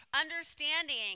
understanding